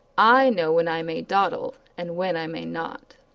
i know when i may dawdle and when i may not.